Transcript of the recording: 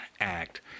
act